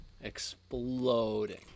Exploding